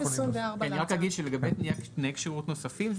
אני רק אגיד שלגבי תנאי כשירות נוספים,